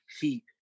Heat